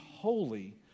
holy